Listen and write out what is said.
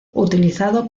utilizado